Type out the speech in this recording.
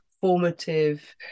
formative